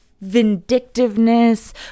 vindictiveness